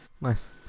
Nice